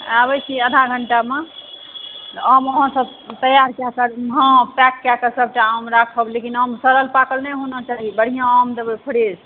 आबय छी आधा घण्टामे आम अहाँसभ तैयार कए कऽ हँ पैक कए कऽ सभटा आम राखब लेकिन आम सड़ल पाकल नहि होना चाही बढ़िआँ आम देबै फ्रेश